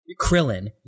Krillin